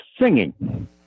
singing